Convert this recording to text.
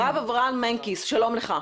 הרב אברהם מנקיס שלום לך.